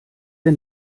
der